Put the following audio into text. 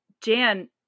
Jan